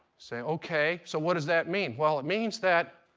say, ok, so what does that mean? well, it means that